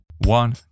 one